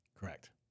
Correct